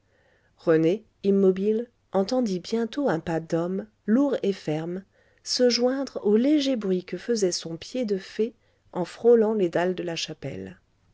rené immobile entendit bientôt un pas d'homme lourd et ferme se joindre au léger bruit que faisait son pied de fée en frôlant les dalles de la chapelle